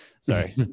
Sorry